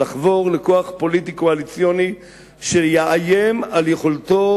לחבור לכוח פוליטי קואליציוני שיאיים על יכולתו